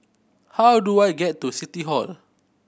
how do I get to City Hall